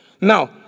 Now